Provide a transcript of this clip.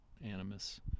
animus